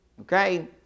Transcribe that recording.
okay